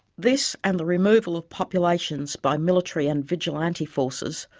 this, and the removal of populations by military and vigilante forces,